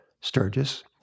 Sturgis